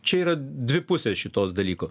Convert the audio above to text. čia yra dvi pusės šitos dalyko